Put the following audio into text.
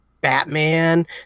Batman